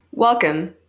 Welcome